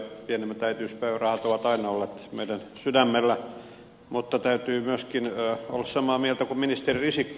pienimmät äitiyspäivärahat ovat aina olleet meidän sydämellämme mutta täytyy myöskin olla samaa mieltä kuin ministeri risikko